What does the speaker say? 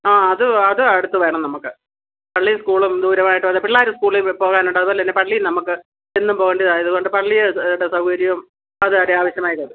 ആ അത് അത് അടുത്ത് വേണം നമുക്ക് പള്ളിയും സ്കൂളും ദൂരമായിട്ട് വന്നാൽ പിള്ളേർ സ്കൂളിൽ പോകാനുണ്ട് അതുപോലെ തന്നെ പള്ളിയിൽ നമുക്ക് എന്നും പോകേണ്ടതായതുകൊണ്ട് പള്ളിയുടെ സൗകര്യവും അത് ഒരു ആവശ്യമായി വരും